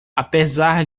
apesar